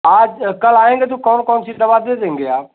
आज कल आएंगे तो कौन कौन सी दवा दे देंगे आप